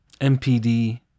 MPD